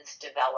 develop